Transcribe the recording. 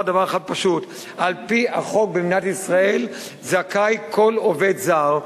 דבר אחד פשוט: על-פי החוק במדינת ישראל זכאי כל עובד זר,